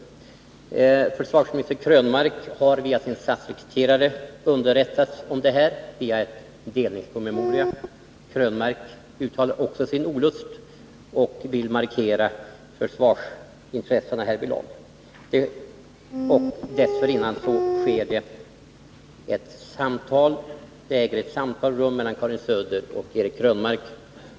Försvarsministern har underrättats om saken via sin statssekreterare och en promemoria. Eric Krönmark uttalar också sin olust och vill markera försvarsintressena. Dessförinnan äger ett samtal rum mellan Karin Söder och Eric Krönmark.